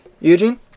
Eugene